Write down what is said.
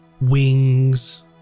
wings